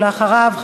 ואחריו,